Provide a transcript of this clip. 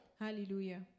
Hallelujah